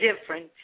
different